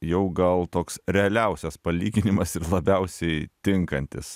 jau gal toks realiausias palyginimas ir labiausiai tinkantis